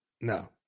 No